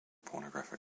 pornographic